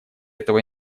этого